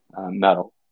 metal